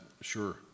Sure